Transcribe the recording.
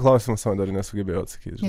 klausimo sau dar nesugebėjau atsakyt